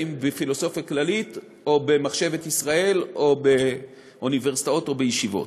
אם בפילוסופיה כללית או במחשבת ישראל או באוניברסיטאות או ישיבות.